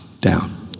down